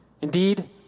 Indeed